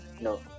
no